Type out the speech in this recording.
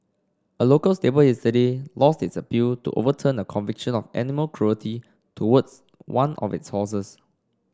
a local stable yesterday lost its appeal to overturn a conviction of animal cruelty towards one of its horses